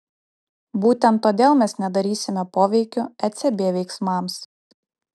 būtent todėl mes nedarysime poveikio ecb veiksmams